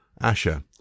Asher